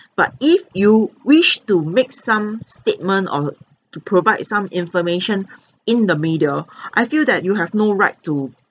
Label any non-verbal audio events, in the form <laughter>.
but if you wish to make some statement or to provide some information <breath> in the media <breath> I feel that you have no right to